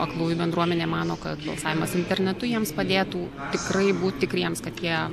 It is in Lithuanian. aklųjų bendruomenė mano kad balsavimas internetu jiems padėtų tikrai būt tikriems kad jie